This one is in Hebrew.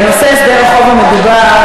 בנושא הסדר החוב המדובר,